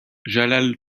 jalal